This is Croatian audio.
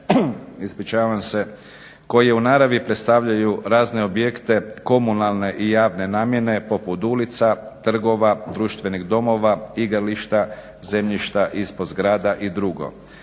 koje u naravi predstavljaju razne objekte, komunalne i javne namjene poput ulica, trgova, društvenih domova, igrališta, zemljišta ispod zgrada i drugo.